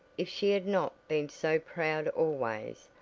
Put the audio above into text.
if she had not been so proud always,